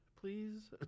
Please